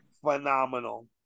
phenomenal